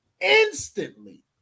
Instantly